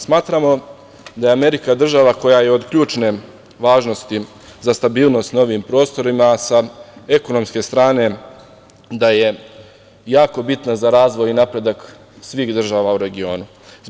Smatramo da je Amerika država koja je od ključne važnosti za stabilnost na ovim prostorima, sa ekonomske strane da je jako bitna za razvoj i napredak svih država u regionu.